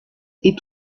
est